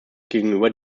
gegenüber